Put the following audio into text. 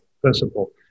principle